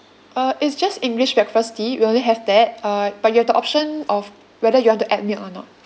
uh it's just english breakfast tea we only have that uh but you have the option of whether you want to add milk or not